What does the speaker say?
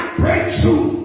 breakthrough